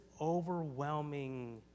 overwhelming